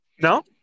No